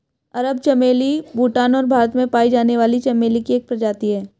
अरब चमेली भूटान और भारत में पाई जाने वाली चमेली की एक प्रजाति है